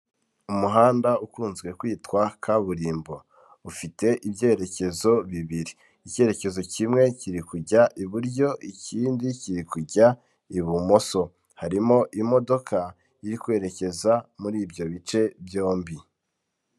Umuhanda ukunzwe kwitwa kaburimbo, ufite ibyerekezo bibiri, icyerekezo kimwe kiri kujya iburyo ikindi kiri kujya ibumoso, harimo imodoka iri kwerekeza muri ibyo bice byombi.